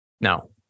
No